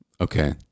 Okay